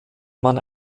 man